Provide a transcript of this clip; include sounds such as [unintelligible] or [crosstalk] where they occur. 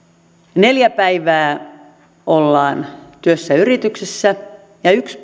neljä päivää ollaan työssä yrityksessä ja yksi [unintelligible]